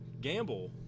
gamble